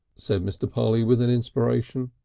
said mr. polly with an inspiration.